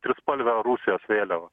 trispalve rusijos vėliava